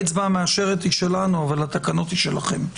האצבע המאשרת היא שלנו, אבל התקנות הן שלכם.